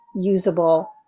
usable